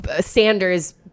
Sanders